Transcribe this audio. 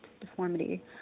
deformity